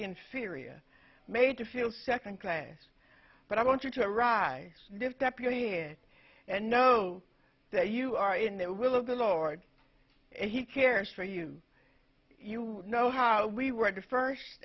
inferior made to feel second class but i want you to rise if deputy head and know that you are in that will of the lord and he cares for you you know how we were at the first